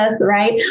right